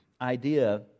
idea